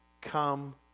come